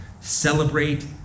celebrate